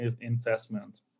investment